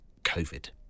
COVID